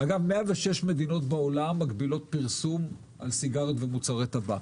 106 מדינות בעולם מגבילות פרסום על סיגריות ומוצרי טבק.